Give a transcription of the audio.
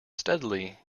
steadily